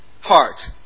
heart